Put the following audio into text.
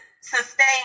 sustain